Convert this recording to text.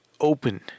open